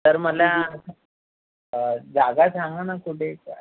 तर मला जागा सांगा ना कुठे काय